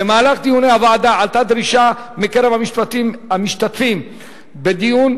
במהלך דיוני הוועדה עלתה דרישה מקרב המשתתפים בדיון,